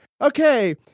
Okay